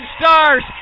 Stars